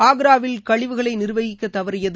ஆக்கிராவில் கழிவுகளை நிர்வகிக்கத் தவறியது